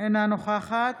אינה נוכחת